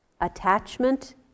Attachment